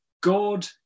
God